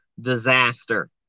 disaster